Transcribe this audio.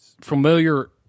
familiar